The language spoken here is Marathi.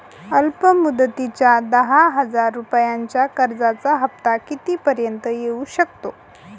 अल्प मुदतीच्या दहा हजार रुपयांच्या कर्जाचा हफ्ता किती पर्यंत येवू शकतो?